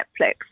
Netflix